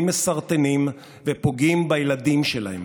מסרטנים ופוגעים בבריאות של ילדיהם.